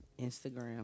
Instagram